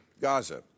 Gaza